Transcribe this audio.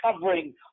covering